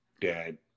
dad